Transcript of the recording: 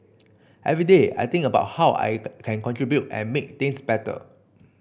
every day I think about how I can contribute and make things better